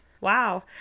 Wow